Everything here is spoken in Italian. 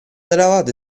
eravate